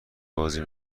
بازی